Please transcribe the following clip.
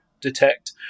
detect